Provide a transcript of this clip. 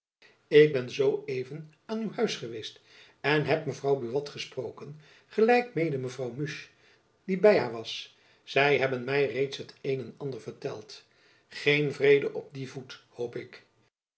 ik ben zoo even aan uw huis geweest en heb mevrouw buat gesproken gelijk mede mevrouw musch die by haar was zy hebben my reeds het een en ander verteld geen vrede op dien voet hoop ik